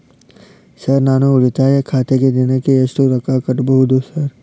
Sir ನಾನು ಉಳಿತಾಯ ಖಾತೆಗೆ ದಿನಕ್ಕ ಎಷ್ಟು ರೊಕ್ಕಾ ಕಟ್ಟುಬಹುದು ಸರ್?